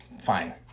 fine